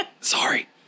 sorry